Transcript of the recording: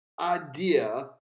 idea